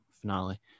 finale